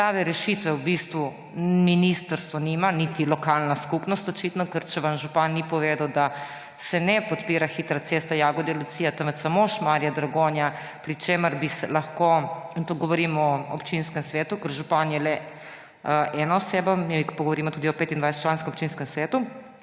prave rešitve v bistvu ministrstvo nima, niti lokalna skupnost očitno – ker če vam župan ni povedal, da se ne podpira hitre ceste Jagodje–Lucija, temveč samo Šmarje–Dragonja, tu govorim o občinskem svetu, ker župan je le ena oseba, mi govorimo tudi o 25-članskem občinskem svetu